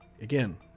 Again